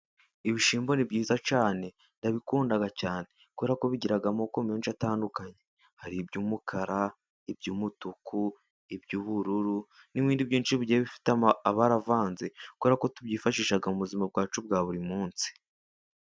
Ibishyimbo ni byiza cyane ndabikunda cyane kubera ko bigira amoko menshi atandukanye hari iby'umukara, iby'umutuku, iby'ubururu n'ibindi byinshi bigiye bifite amabara avanze kubera ko tubyifashisha mu buzima bwacu bwa buri munsi.